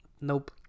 Nope